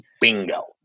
bingo